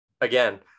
again